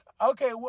Okay